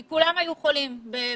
כי כולם היו חולים בשפעת.